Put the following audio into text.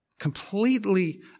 completely